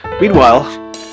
Meanwhile